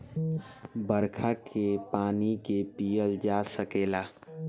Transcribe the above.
बरखा के पानी के पिअल जा सकेला